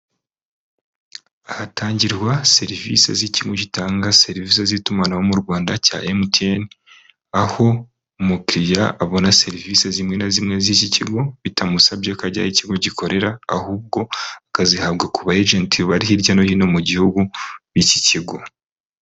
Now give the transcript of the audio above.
Hatangirwa serivisi z'ikigo gitanga serivisi z'itumanaho mu Rwanda cya MTN, aho umukiriya abona serivisi zimwe na zimwe z'iki kigo bitamusabye ko ajya aho ikigo gikorera ahubwo akazihabwa ku ba ajenti bari hirya no hino mu gihugu b'iki kigo.